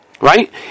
Right